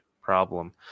problem